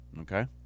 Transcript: Okay